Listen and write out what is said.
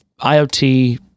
IoT